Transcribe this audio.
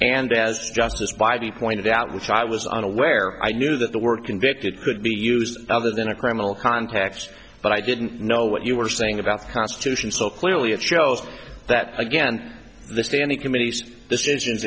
and as justice by be pointed out which i was unaware i knew that the word convicted could be used other than a criminal context but i didn't know what you were saying about the constitution so clearly it shows that again the standing committees decision